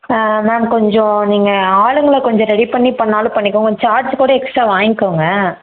ma'am கொஞ்சம் நீங்கள் ஆளுங்களை கொஞ்சம் ரெடி பண்ணி பண்ணிணாலும் பண்ணிக்கோங்க சார்ஜ் கூட எக்ஸ்ட்ரா வாங்கிக்கோங்க